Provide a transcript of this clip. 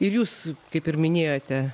ir jūs kaip ir minėjote